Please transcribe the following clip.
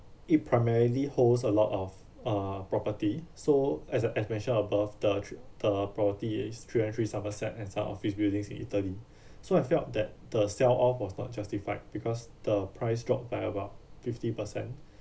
it primarily holds a lot of uh property so as a as mentioned above the tr~ the property is three one three somerset and some office buildings in italy so I felt that the sell off was not justified because the price dropped by about fifty percent